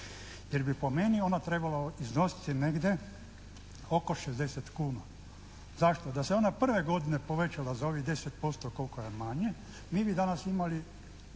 jer bi po meni ona trebala iznositi negdje oko 60 kuna. Zašto? Da se ona prve godine povećala za ovih 10% koliko je manje mi bi danas imali